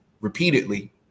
repeatedly